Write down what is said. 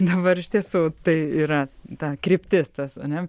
dabar iš tiesų tai yra ta kryptis tas a ne